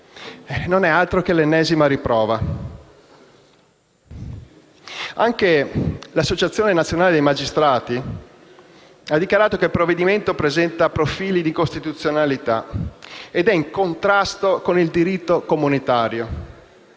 non è altro che l'ennesima riprova. Anche l'Associazione nazionale magistrati ha dichiarato che il testo presenta profili di incostituzionalità ed è in contrasto con il diritto comunitario.